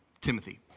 Timothy